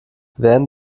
während